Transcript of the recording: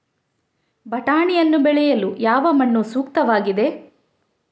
ಬಟಾಣಿಯನ್ನು ಬೆಳೆಯಲು ಯಾವ ಮಣ್ಣು ಸೂಕ್ತವಾಗಿದೆ?